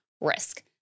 risk